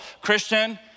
Christian